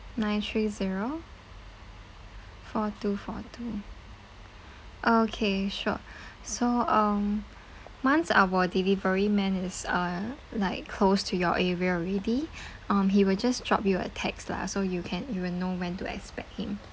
nine three zero four two four two okay sure so um once our delivery man is uh like close to your area already um he will just drop you a text lah so you can you will know when to expect him